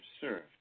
served